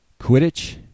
Quidditch